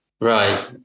Right